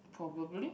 probably